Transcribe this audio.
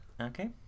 Okay